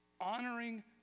Honoring